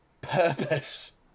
purpose